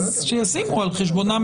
שישימו על חשבונם.